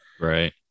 Right